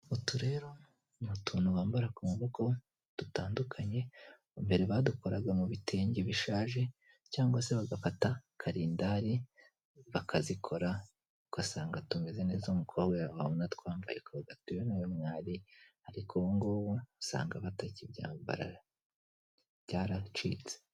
Utu rero n'utuntu bambara ku maboko dutandukanye mbere badukoraga mu bitenge bishaje cyangwa se bagafata karindari bakazikora ugasanga tumeze neza umukobwa wabonaga atwambaye ukavuga uti uyu niwe mwari ariko ubungubu usanga batakibyambara byaracitse.